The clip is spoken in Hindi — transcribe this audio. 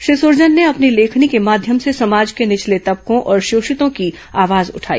श्री सुरजन ने अपनी लेखनी के माध्यम से समाज के निचले तबकों और शोषितों की आवाज उठाई